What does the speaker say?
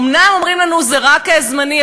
אומנם אומרים לנו שזה רק זמני,